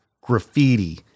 graffiti